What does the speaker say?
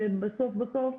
ובסוף בסוף,